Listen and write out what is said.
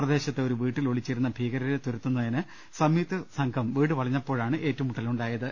പ്രദേശത്തെ ഒരു വീട്ടിൽ ഒളിച്ചിരുന്ന ഭീകരരെ തുരത്തുന്നതിന് സംയുക്ത സംഘം വീട് വളഞ്ഞപ്പോഴാണ് ഏറ്റു മുട്ടലുണ്ടായത്